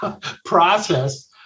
process